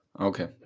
Okay